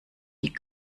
die